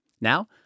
Now